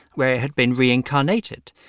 where it had been reincarnated.